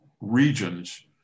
regions